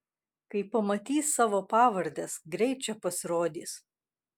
kai pamatys savo pavardes greit čia pasirodys